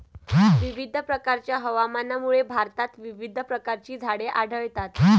विविध प्रकारच्या हवामानामुळे भारतात विविध प्रकारची झाडे आढळतात